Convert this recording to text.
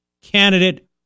candidate